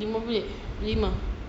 lima bilik lima